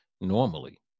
normally